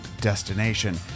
destination